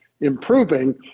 improving